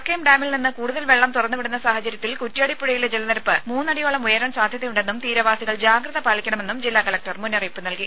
കക്കയം ഡാമിൽ നിന്ന് കൂടുതൽ വെള്ളം തുറന്ന് വിടുന്ന സാഹചര്യത്തിൽ കുറ്റ്യാടി പുഴയിലെ ജലനിരപ്പ് മൂന്നടിയോളം ഉയരാൻ സാധ്യതയുണ്ടെന്നും തീരവാസികൾ ജാഗ്രത പാലിക്കണമെന്നും ജില്ലാ കലക്ടർ മുന്നറിയിപ്പ് നൽകി